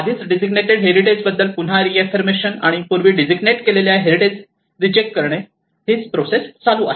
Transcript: आधीच designated heritage बद्दल पुन्हा रीऍफिर्मशन आणि पूर्वी डेसिग्नेटेड केलेल्या हेरिटेज रिजेक्ट करणे हीच प्रोसेस चालू आहे